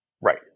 Right